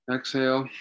Exhale